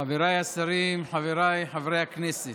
חבריי השרים, חבריי חברי הכנסת,